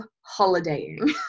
holidaying